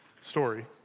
story